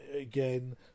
again